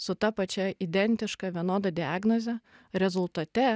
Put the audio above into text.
su ta pačia identiška vienoda diagnoze rezultate